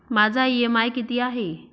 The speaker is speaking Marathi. माझा इ.एम.आय किती आहे?